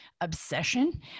obsession